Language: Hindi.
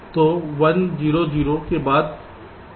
तो 1 0 0 के बाद फिर से वही पैटर्न आएगा